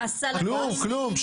כלום.